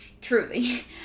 truly